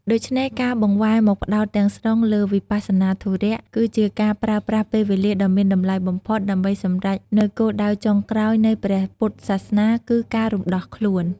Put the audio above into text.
ដូច្នេះការបង្វែរមកផ្តោតទាំងស្រុងលើវិបស្សនាធុរៈ គឺជាការប្រើប្រាស់ពេលវេលាដ៏មានតម្លៃបំផុតដើម្បីសម្រេចនូវគោលដៅចុងក្រោយនៃព្រះពុទ្ធសាសនា គឺ ការរំដោះខ្លួន។